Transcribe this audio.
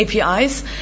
APIs